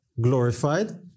glorified